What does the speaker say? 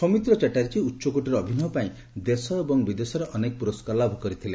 ସୌମିତ୍ର ଚାଟାର୍ଜୀ ଉଚ୍ଚକୋଟୀର ଅଭିନୟ ପାଇଁ ଦେଶ ଏବଂ ବିଦେଶରେ ଅନେକ ପୁରସ୍କାର ଲାଭ କରିଥିଲେ